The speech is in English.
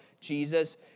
Jesus